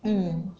mm